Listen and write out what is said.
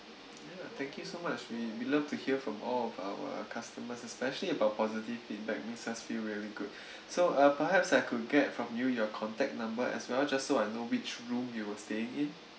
ya thank you so much we we love to hear from all of our customers especially about positive feedback makes us feel very good so uh perhaps I could get from you your contact number as well just so I know which room you were saying in